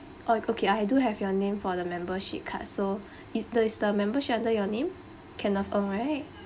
oh okay I do have your name for the membership card so is the is the membership under your name kenneth Ng right